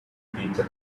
people